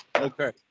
Okay